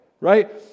right